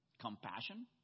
compassion